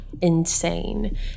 insane